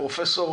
אני מבקש שפרופ'